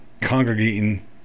congregating